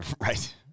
Right